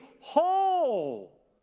whole